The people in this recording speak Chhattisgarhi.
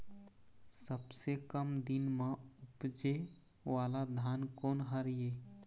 सबसे कम दिन म उपजे वाला धान कोन हर ये?